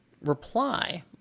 reply